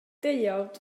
deuawd